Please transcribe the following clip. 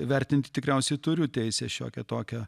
vertinti tikriausiai turiu teisę šiokią tokią